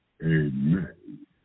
Amen